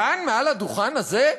כאן מעל הדוכן הזה,